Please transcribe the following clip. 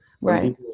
right